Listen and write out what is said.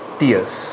tears